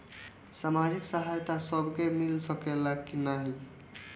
सामाजिक सहायता सबके मिल सकेला की नाहीं?